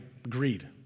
greed